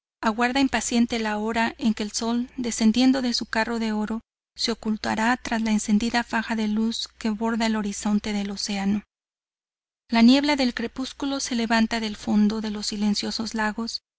aguarda impaciente la hora en que el sol descendiendo de su carro de oro se ocultara tras la encendida faja de luz que borda el horizonte del océano la niebla del crepúsculo se levanta del fondo de los silenciosos lagos